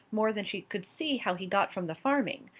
more than she could see how he got from the farming.